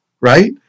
Right